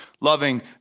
Loving